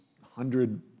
hundred